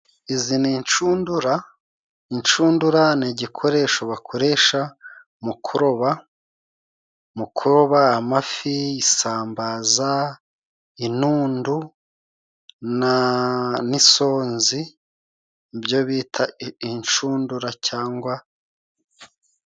Izi ni incundura incundura ni igikoresho bakoresha mu kuroba, mu koroba amafi isambaza, inundu na n'insonzi ni byo bita inshundura cyangwa.